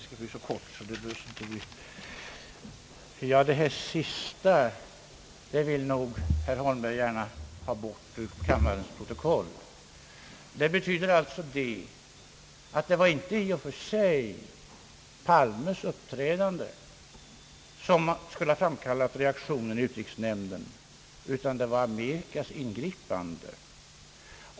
Herr talman! Det här sista vill nog herr Holmberg gärna få bort ur kammarens protokoll! Det betyder alltså att det i och för sig inte var Palmes uppträdande, som skulle ha framkallat reaktionen i utrikesnämnden, utan det var Amerikas ingripande.